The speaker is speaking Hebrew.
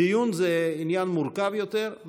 דיון זה עניין מורכב יותר.